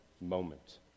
moment